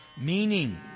Meaning